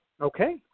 Okay